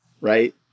right